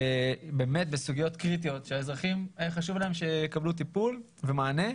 בסוגיות קריטיות שלאזרחים חשוב שיקבלו טיפול ומענה.